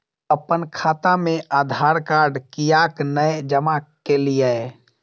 अप्पन खाता मे आधारकार्ड कियाक नै जमा केलियै?